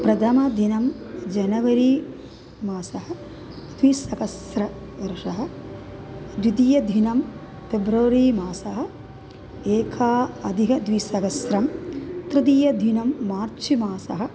प्रथमदिनं जनवरी मासः द्विसहस्रवर्षः द्वितीयदिनं पेब्रवरी मासः एकम् अधिघद्विसहस्रं तृतीयदिनं मार्च् मासः